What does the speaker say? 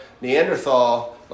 Neanderthal